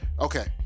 okay